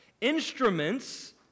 Instruments